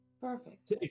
Perfect